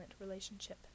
relationship